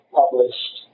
published